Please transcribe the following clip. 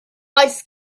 ice